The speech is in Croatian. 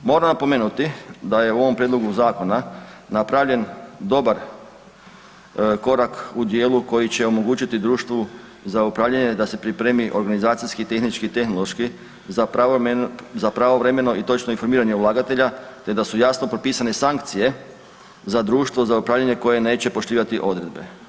Moram napomenuti da je u ovom prijedlogu zakona napravljen dobar korak u dijelu koji će omogućiti društvu za upravljanje da se pripremi organizacijski, tehnički i tehnološki za pravovremeno i točno informiranje ulagatelja te da su jasno propisane sankcije za društvo za upravljanje koje neće poštivati odredbe.